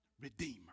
Redeemer